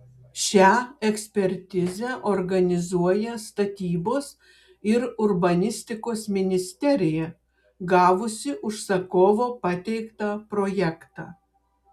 šią ekspertizę organizuoja statybos ir urbanistikos ministerija gavusi užsakovo pateiktą projektą